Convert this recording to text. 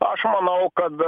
aš manau kad